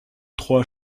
trois